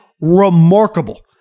remarkable